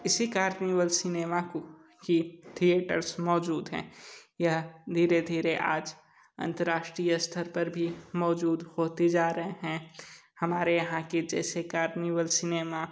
इसी carnival cinema को की थिएटर्स मौजूद हैं यह धीरे धीरे आज अंतर्राष्ट्रीय स्थर पर भी मौजूद होती जा रही हैं हमारे यहाँ के जैसे कार्निवल सिनेमा